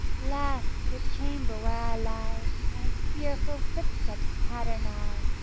last, to the chamber where i lie my fearful footsteps patter nigh,